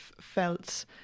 felt